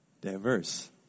diverse